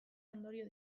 ondorio